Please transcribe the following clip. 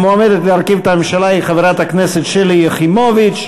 המועמדת להרכיב את הממשלה היא חברת הכנסת שלי יחימוביץ.